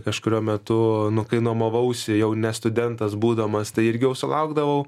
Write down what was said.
kažkuriuo metu nu kai nuomavausi jau ne studentas būdamas tai irgi jau sulaukdavau